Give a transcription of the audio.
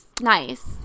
nice